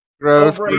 Gross